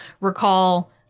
recall